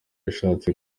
ashatse